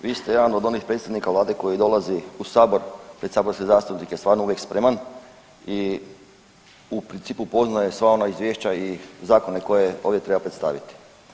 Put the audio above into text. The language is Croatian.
Vi ste jedan od onih predstavnika Vlade koji dolazi u sabor pred saborske zastupnike stvarno uvijek spreman i u principu poznaje sva ona izvješća i zakone koje ovdje treba predstaviti.